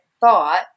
thought